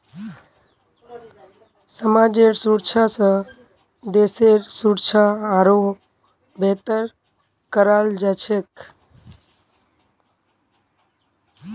समाजेर सुरक्षा स देशेर सुरक्षा आरोह बेहतर कराल जा छेक